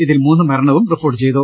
ഇതിൽ മൂന്ന് മരണവും റിപ്പോർട്ട് ചെയ്തു